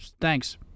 thanks